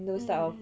mm mm